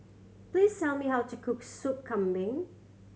please tell me how to cook Soup Kambing